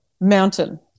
Mountain